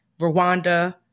Rwanda